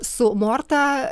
su morta